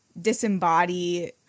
disembody